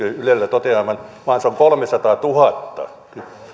toteavan vaan se on kolmesataatuhatta